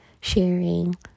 sharing